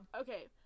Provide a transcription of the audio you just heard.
okay